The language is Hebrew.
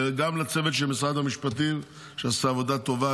גם לצוות של משרד המשפטים שעשה עבודה טובה,